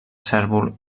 cérvol